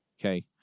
okay